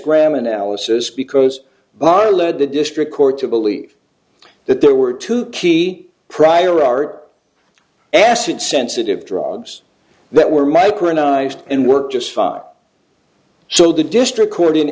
instagram analysis because bar led the district court to believe that there were two key prior are acid sensitive drugs that were my current ised and work just fine so the district court in